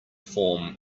form